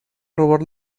robar